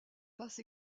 passent